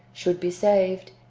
should be saved,